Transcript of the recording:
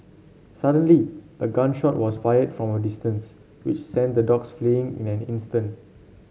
suddenly a gun shot was fired from distance which sent the dogs fleeing in an instant